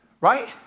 Right